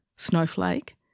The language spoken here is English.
Snowflake